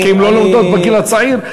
כי הן לא לומדות בגיל הצעיר,